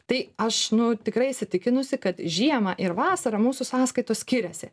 tai aš nu tikrai įsitikinusi kad žiemą ir vasarą mūsų sąskaitos skiriasi